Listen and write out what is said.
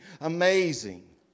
amazing